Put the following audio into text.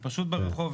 הם פשוט ברחוב.